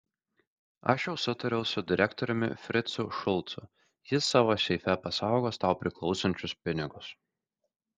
aš jau sutariau su direktoriumi fricu šulcu jis savo seife pasaugos tau priklausančius pinigus